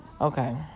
Okay